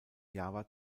java